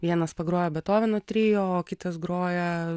vienas pagrojo bethoveno trio o kitas groja